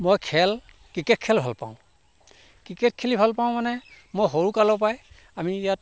মই খেল ক্ৰিকেট খেল ভাল পাওঁ ক্ৰিকেট খেলি ভাল পাওঁ মানে মই সৰু কালৰ পৰাই আমি ইয়াত